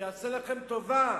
שיעשה לכם טובה,